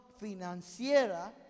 financiera